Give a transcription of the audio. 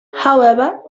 however